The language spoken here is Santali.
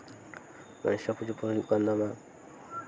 ᱢᱚᱱᱥᱟᱯᱩᱡᱟᱹ ᱠᱚ ᱦᱩᱭᱩᱜ ᱠᱟᱱ ᱛᱟᱢᱟ